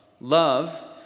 Love